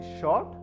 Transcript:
short